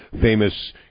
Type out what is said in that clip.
famous